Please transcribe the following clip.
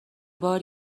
بار